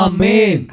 Amen